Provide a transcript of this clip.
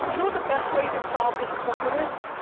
you know what the best way to solve disappointment is?